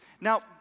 Now